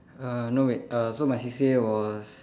uh no wait uh so my C_C_A was